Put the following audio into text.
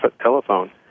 telephone